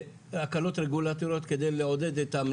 הקלות רגולטוריות כדי לעודד את,